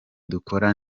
dukora